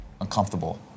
uncomfortable